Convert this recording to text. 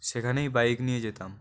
সেখানেই বাইক নিয়ে যেতাম